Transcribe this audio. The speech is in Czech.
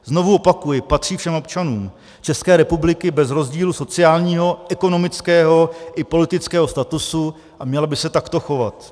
Znovu opakuji, patří všem občanům České republiky bez rozdílu sociálního, ekonomického i politického statusu a měla by se takto chovat.